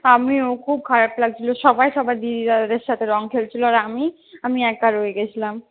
আমিও খুব খারাপ লাগছিল সবাই সবার দিদি দাদাদের সাথে রং খেলছিল আর আমি আমি একা রয়ে গিয়েছিলাম